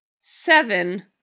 seven